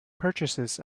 purchases